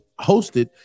hosted